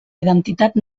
identitat